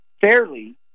fairly